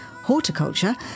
Horticulture